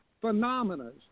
phenomena